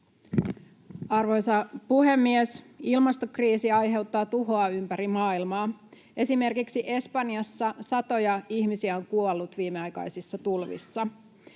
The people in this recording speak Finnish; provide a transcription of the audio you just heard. Arvoisa puhemies! Ilmastokriisi aiheuttaa tuhoa ympäri maailmaa. Esimerkiksi Espanjassa satoja ihmisiä on kuollut viimeaikaisissa tulvissa.